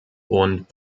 und